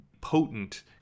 potent